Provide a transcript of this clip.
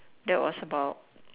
that was about